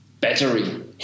battery